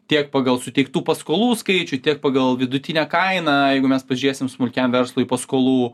tiek pagal suteiktų paskolų skaičių tiek pagal vidutinę kainą jeigu mes pažėsim smulkiam verslui paskolų